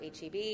HEB